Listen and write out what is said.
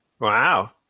Wow